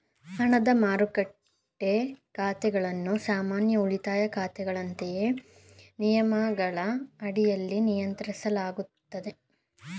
ಹಣದ ಮಾರುಕಟ್ಟೆ ಖಾತೆಗಳನ್ನು ಸಾಮಾನ್ಯ ಉಳಿತಾಯ ಖಾತೆಗಳಂತೆಯೇ ನಿಯಮಗಳ ಅಡಿಯಲ್ಲಿ ನಿಯಂತ್ರಿಸಲಾಗುತ್ತದೆ